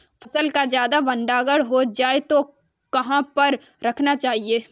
फसल का ज्यादा भंडारण हो जाए तो कहाँ पर रखना चाहिए?